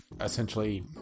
essentially